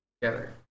together